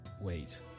wait